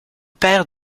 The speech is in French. paire